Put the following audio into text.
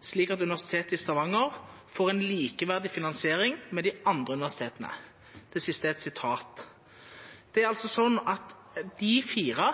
slik at Universitetet i Stavanger får en likeverdig finansiering med de andre universitetene.» Disse fire